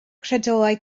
credoau